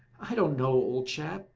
i don't know, old chap.